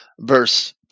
verse